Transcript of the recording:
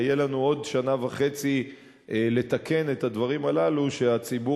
יהיו לנו עוד שנה וחצי לתקן את הדברים הללו שהציבור